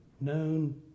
known